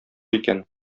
икән